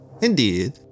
Indeed